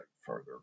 further